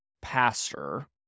pastor